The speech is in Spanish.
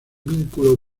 vínculo